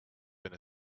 been